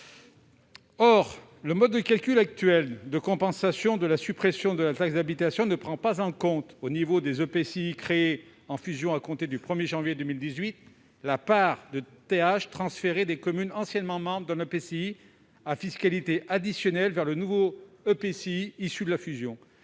Or le mode de calcul actuel de compensation de la suppression de la taxe d'habitation ne prend pas en compte, pour les EPCI créés en fusion à compter du 1 janvier 2018, la part de taxe d'habitation transférée des communes anciennement membres d'un EPCI à fiscalité additionnelle (FA) vers le nouvel EPCI, issu de la fusion.